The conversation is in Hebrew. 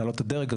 להעלות את הדרג,